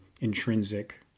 intrinsic